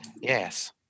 Yes